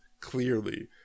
clearly